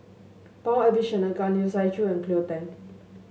Paul Abisheganaden Chiu and Cleo Thang